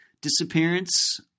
disappearance